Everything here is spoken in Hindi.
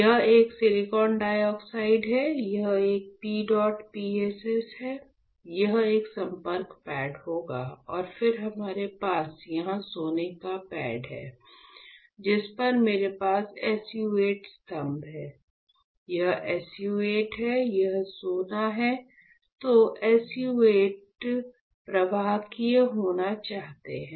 यह एक सिलिकॉन डाइऑक्साइड है यह एक PEDOT PSS है यह एक संपर्क पैड होगा और फिर मेरे पास यहां सोने का पैड है जिस पर मेरे पास SU 8 स्तंभ है यह SU 8 है यह सोना है तो SU 8 प्रवाहकीय होना चाहते हैं